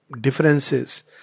differences